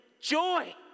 joy